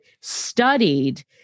studied